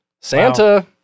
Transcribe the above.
Santa